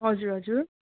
हजुर हजुर